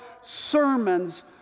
sermons